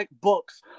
Books